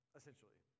essentially